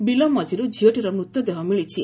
ବିଲ ମଝିରୁ ଝିଅଟିର ମୃତଦେହ ମିଳିଛି